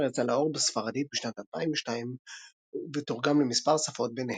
הספר יצא לאור בספרדית בשנת 2002 ותורגם למספר שפות,